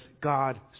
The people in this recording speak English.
God